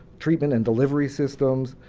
treatment and delivery systems,